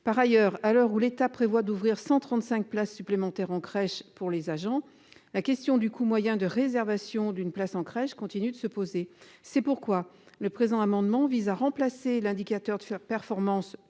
par ailleurs, à l'heure où l'État prévoit d'ouvrir 135 places supplémentaires en crèche pour les agents, la question du coût moyen de réservation d'une place en crèche, continue de se poser, c'est pourquoi le présent amendement vise à remplacer l'indicateur de faire performance